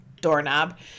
doorknob